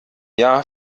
jahr